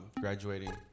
graduating